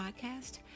podcast